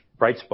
Brightspot